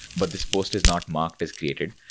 but this post is not marked as created.